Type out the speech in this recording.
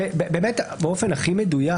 באופן הכי מדויק,